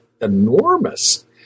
enormous